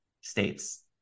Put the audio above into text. states